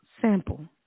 sample